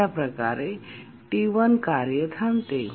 अशाप्रकारे T1 कार्य थांबते